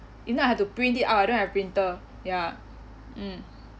if not I have to print it out I don't have printer ya mm